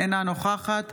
אינה נוכחת